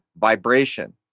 Vibration